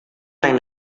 tan